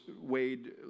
Wade